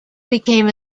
became